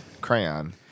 Crayon